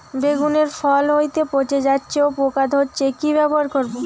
বেগুনের ফল হতেই পচে যাচ্ছে ও পোকা ধরছে কি ব্যবহার করব?